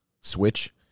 switch